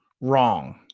Wrong